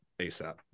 ASAP